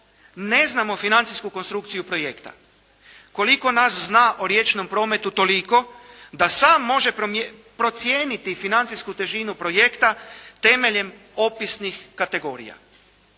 ne znamo financijsku konstrukciju projekta. Koliko nas zna o riječnom prometu toliku da sam može procijeniti financijsku težinu projekta temeljem opisnih kategorija?